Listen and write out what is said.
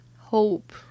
hope